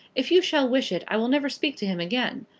if you shall wish it, i will never speak to him again.